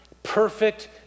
perfect